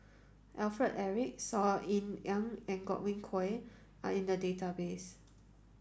Alfred Eric Saw Ean Ang and Godwin Koay are in the database